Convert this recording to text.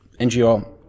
ngo